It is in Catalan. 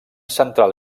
central